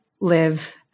live